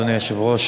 אדוני היושב-ראש,